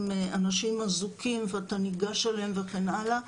אנשים אזוקים ואתה ניגש אליהם וכן הלאה.